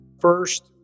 First